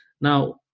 Now